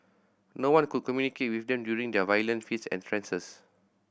no one could communicate with them during their violent fits and Frances